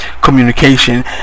communication